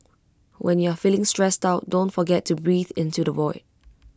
when you are feeling stressed out don't forget to breathe into the void